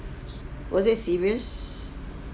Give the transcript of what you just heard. was it serious